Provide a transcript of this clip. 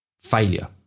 failure